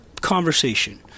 conversation